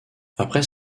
après